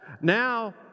Now